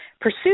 pursue